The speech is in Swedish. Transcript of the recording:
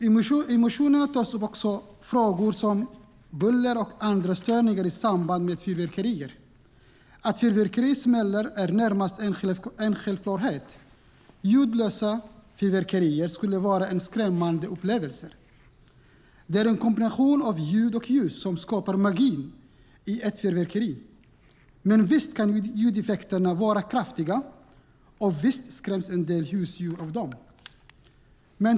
I motionerna tas också frågor som buller och andra störningar i samband med fyrverkerier upp. Att fyrverkerier smäller är närmast en självklarhet; ljudlösa fyrverkerier skulle vara en skrämmande upplevelse. Det är en kombination av ljud och ljus som skapar magi i ett fyrverkeri, men visst kan ljudeffekterna vara kraftiga, och visst skräms en del husdjur av dem.